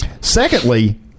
Secondly